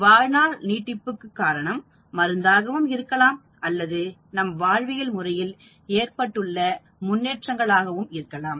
வாழ்நாள் நீட்டிப்பு க்கு காரணம் மருந்தாகவும் இருக்கலாம் அல்லது நம் வாழ்வியல் முறையில் ஏற்பட்டுள்ள முன்னேற்றங்கள் ஆகவும் இருக்கலாம்